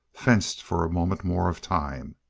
fenced for a moment more of time.